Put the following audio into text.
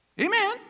Amen